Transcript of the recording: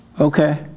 Okay